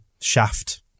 shaft